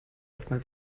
erstmal